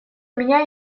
меня